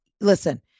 listen